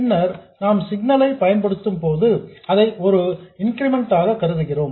பின்னர் நாம் சிக்னல் ஐ பயன்படுத்தும்போது அதை ஒரு இன்கிரிமெண்ட் ஆக கருதுகிறோம்